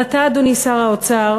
אבל אתה, אדוני שר האוצר,